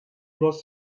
los